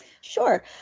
Sure